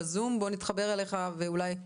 הוא נמצא בזום.